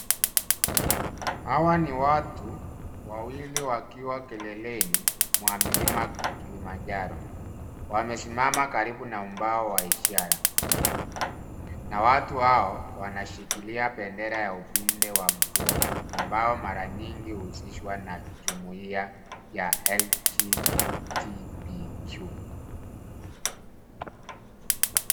Hawa ni watu wawili wakiwa kileleni mwa milima Kilimanjaro. Wamesimama karibu na ubao wa ishara na watu hao wanashikilia bendera ya upinde wa mvua ambao mara nyingi uhusishwa na jumuiya ya LGBTQ.